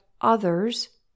others